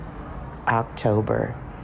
October